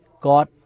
God